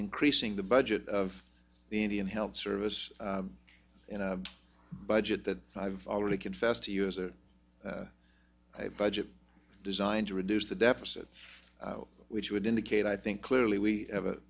increasing the budget of the indian health service budget that i've already confessed to you as a budget designed to reduce the deficit which would indicate i think clearly we have a